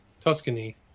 Tuscany